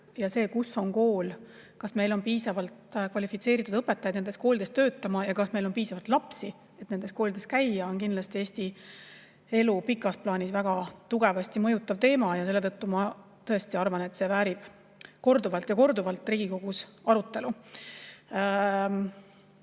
ja see, kus koolid asuvad, kas meil on piisavalt kvalifitseeritud õpetajaid nendes koolides töötamas ja kas meil on piisavalt lapsi, kes nendes koolides käivad, on kindlasti Eesti elu pikas plaanis väga tugevasti mõjutav teema. Selle tõttu ma tõesti arvan, et see väärib korduvalt ja korduvalt arutelu